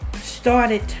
started